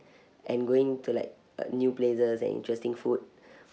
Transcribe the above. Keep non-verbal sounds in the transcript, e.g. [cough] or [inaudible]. [breath] and going to like uh new places and interesting food [breath]